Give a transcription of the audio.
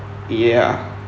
ya